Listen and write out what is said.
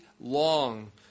long